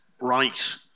right